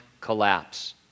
collapse